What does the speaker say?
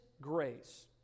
grace